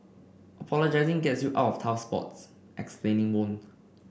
apologising gets you out of tough spots explaining won't